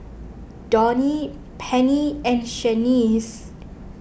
Donie Pennie and Shaniece